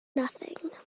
nothing